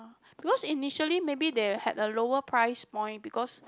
because initially maybe they had a lower price point because